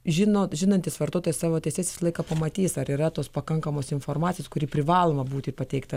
žino žinantis vartotojas savo teises jis visą laiką pamatys ar yra tos pakankamos informacijos kuri privaloma būti pateikta